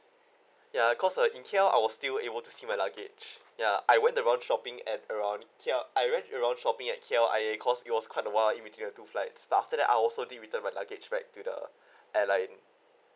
ya cause uh in K_L I was still able to my luggage ya I went around shopping at around ya I went around shopping at K_L_I_A cause it was quite a while in between the two flights but after that I was also did return my luggage back to the airline